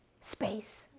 space